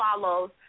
follows